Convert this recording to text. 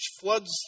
floods